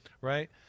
right